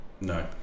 no